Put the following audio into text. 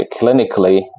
clinically